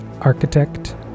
Architect